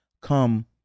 come